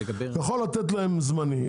אתה יכול לתת להם זמני,